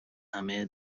همه